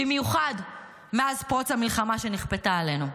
במיוחד מאז פרוץ המלחמה שנכפתה עלינו.